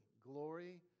glory